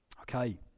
Okay